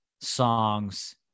songs